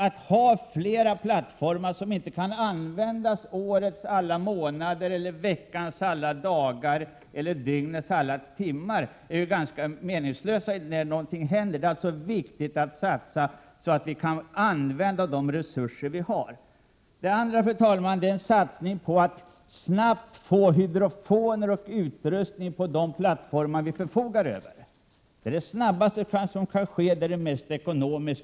Att ha fler plattformar som inte kan användas årets alla månader, veckans alla dagar eller dygnets alla timmar är ganska meningslöst när någonting händer. Det är alltså viktigt att satsa på att det vi har kan användas när det behövs. För det andra måste vi se till att vi snabbt får hydrofoner och annan utrustning på de plattformar som vi redan förfogar över. Det är den snabbaste förbättring vi kan få och den mest ekonomiska.